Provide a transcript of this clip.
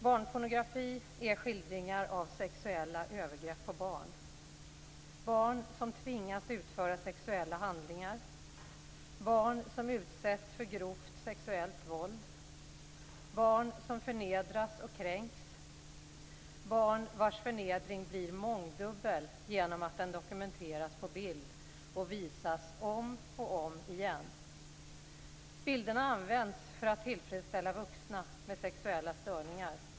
Barnpornografi är skildringar av sexuella övergrepp på bra, barn som tvingas utföra sexuella handlingar, barn som utsätts för grovt sexuellt våld, barn som förnedras och kränks, barn vars förnedring blir mångdubblad genom att den dokumenteras och visas om och om igen. Bilderna används för att tillfredsställa vuxna med sexuella störningar.